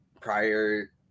prior